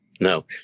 no